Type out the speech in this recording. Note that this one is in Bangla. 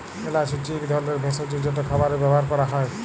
এল্যাচ হছে ইক ধরলের ভেসজ যেট খাবারে ব্যাভার ক্যরা হ্যয়